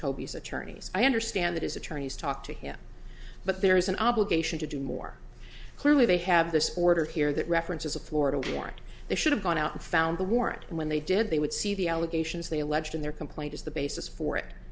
toby's attorneys i understand that his attorneys talk to him but there is an obligation to do more clearly they have this order here that reference is a florida warrant they should have gone out and found the warrant and when they did they would see the allegations they allege in their complaint is the basis for it